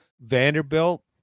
Vanderbilt